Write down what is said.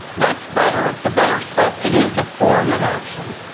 that's better. it's a better step. it is a form of action,